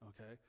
okay